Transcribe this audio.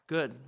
Good